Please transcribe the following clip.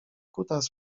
kutas